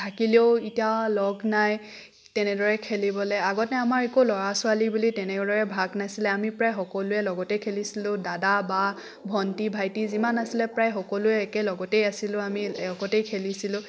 থাকিলেও এতিয়া লগ নাই তেনেদৰে খেলিবলৈ আগতে আমাৰ একো ল'ৰা ছোৱালী বুলি তেনেদৰে ভাগ নাছিলে আমি প্ৰায় সকলোৰে লগতে খেলিছিলোঁ দাদা বা ভণ্টি ভাইটি যিমান আছিলে প্ৰায় সকলোৱে একেলগতেই আছিলোঁ আমি একেলগতেই খেলিছিলোঁ